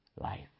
life